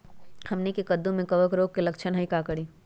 हमनी के कददु में कवक रोग के लक्षण हई का करी?